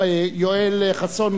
יואל חסון,